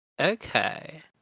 Okay